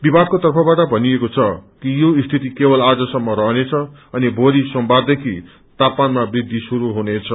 विभागको तर्फबाट भनिएको छ कि यो स्थिति केवल आजसम्म रहनेछ अनि भोलि सोमबारदेखि तापमानमा वृद्धि शुरू हुनेछ